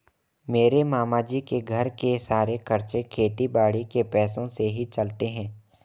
मेरे मामा जी के घर के सारे खर्चे खेती बाड़ी के पैसों से ही चलते हैं